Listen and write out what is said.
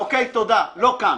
תודה, לא כאן.